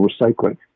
recycling